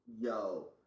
Yo